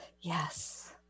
Yes